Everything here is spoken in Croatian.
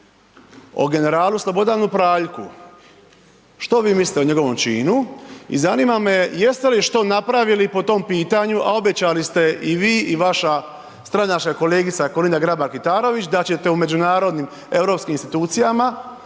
o generalu Slobodanu Praljku, što vi mislite o njegovom činu? I zanima me jeste li što napravili po tom pitanju a obećali ste i vi i vaša stranačka kolegica Kolinda Grabar Kitarović da ćete u međunarodnim europskim institucijama